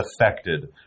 affected